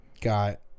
got